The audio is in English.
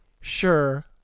sure